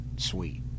sweet